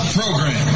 program